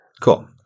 Cool